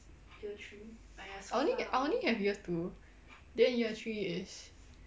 I only I only have year two then year three is